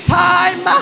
time